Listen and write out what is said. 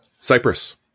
Cyprus